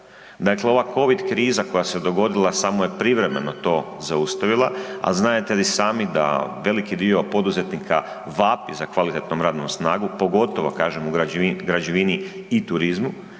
dakle ova Covid kriza koja se je dogodila samo je privremeno to zaustavila, a znadete i sami da veliki dio poduzetnika vapi za kvalitetnom radnom snagom pogotovo kažem u građevini i turizmu